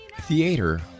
Theater